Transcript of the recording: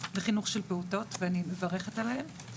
בחינוך של פעוטות ואני מברכת עליהם,